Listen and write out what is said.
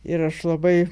ir aš labai